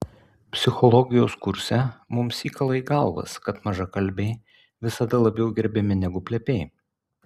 psichologijos kurse mums įkala į galvas kad mažakalbiai visada labiau gerbiami negu plepiai